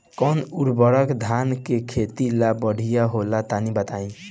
कौन उर्वरक धान के खेती ला बढ़िया होला तनी बताई?